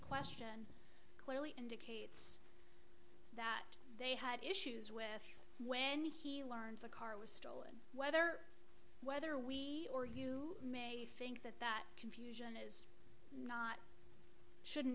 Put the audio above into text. question clearly indicates that they had issues with when he learned the car was stolen whether whether we or you may think that that confusion not shouldn't